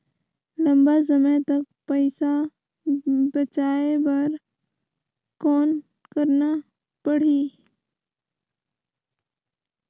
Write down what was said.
लंबा समय तक पइसा बचाये बर कौन करना पड़ही?